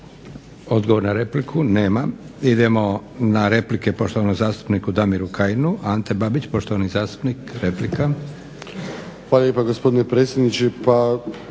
Odgovor na repliku nema. Idemo na replike poštovanom zastupniku Damiru Kajinu. Ante Babić, poštovani zastupnik replika. **Babić, Ante (HDZ)** Hvala lijepa gospodine predsjedniče.